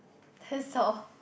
that's all